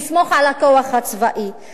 לסמוך על הכוח הצבאי,